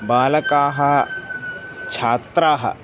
बालकाः छात्राः